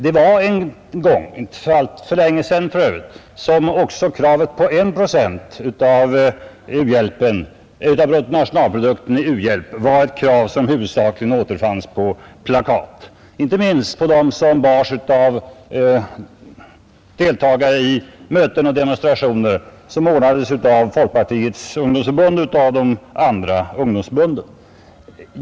Det var en gång — för övrigt inte alltför länge sedan — som också kravet på 1 procent av bruttonationalprodukten i u-hjälp var ett krav som huvudsakligen återfanns på plakat, och inte minst på de plakat som bars av deltagare i möten och demonstrationer ordnade av folkpartiets ungdomsförbund och de andra ungdomsförbunden.